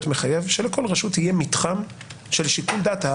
מחייב שלכל רשות יהיה מתחם של שיקול דעת.